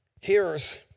Hearers